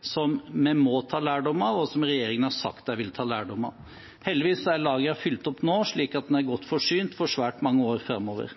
som vi må ta lærdom av, og som regjeringen har sagt de vil ta lærdom av. Heldigvis er lagrene fylt opp nå, slik at vi er godt forsynt for svært mange år framover.